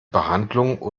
behandlung